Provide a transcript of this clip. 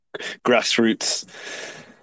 grassroots